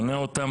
שונא אותם,